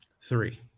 Three